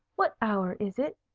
what hour is it?